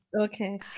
Okay